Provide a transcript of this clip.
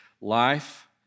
life